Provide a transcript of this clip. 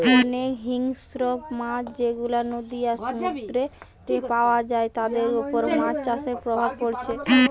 অনেক হিংস্র মাছ যেগুলা নদী আর সমুদ্রেতে পায়া যায় তাদের উপর মাছ চাষের প্রভাব পড়ছে